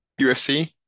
UFC